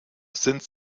sind